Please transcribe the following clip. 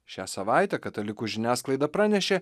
šią savaitę katalikų žiniasklaida pranešė